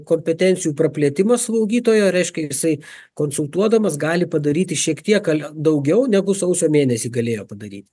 kompetencijų praplėtimas slaugytojo reiškia jisai konsultuodamas gali padaryti šiek tiek daugiau negu sausio mėnesį galėjo padaryti